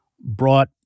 brought